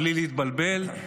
בלי להתבלבל,